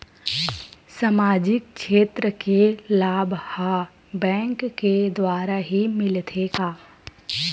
सामाजिक क्षेत्र के लाभ हा बैंक के द्वारा ही मिलथे का?